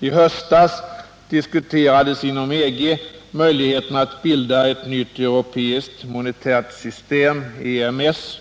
I höstas diskuterades inom EG möjligheten att bilda ett nytt europeiskt monetärt system, EMS.